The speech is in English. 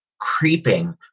creeping